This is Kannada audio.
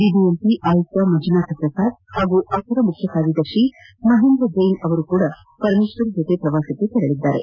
ಬಿಬಿಎಂಪಿ ಆಯುಕ್ತ ಮಂಜುನಾಥ್ ಪ್ರಸಾದ್ ಹಾಗೂ ಅಪರ ಮುಖ್ಯ ಕಾರ್ಯದರ್ಶಿ ಮಹೇಂದ್ರ ಜೈನ್ ಅವರು ಕೂಡಾ ಪರಮೇಶ್ವರ್ ಜೊತೆ ಪ್ರವಾಸಕ್ಕೆ ತೆರಳಿದ್ದಾರೆ